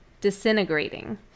disintegrating